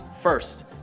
First